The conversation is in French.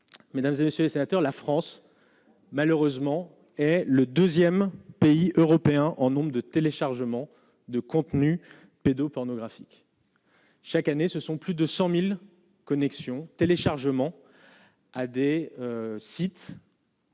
mesdames et messieurs les sénateurs, la France. Malheureusement, est le 2ème pays européen en nombre de téléchargements de contenus pédo- pornographiques. Chaque année, ce sont plus de 100000 connections téléchargement AD sites.